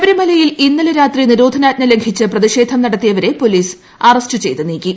ശബരിമലയിൽ ഇന്നലെ രാത്രി നിരോധനാജ്ഞ ലംഘിച്ച് പ്രതിഷേധം നടത്തിയവരെ പോലീസ് അറസ്റ്റുചെയ്ത് നീക്കി